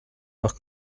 par